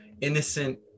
innocent